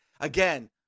again